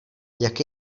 jak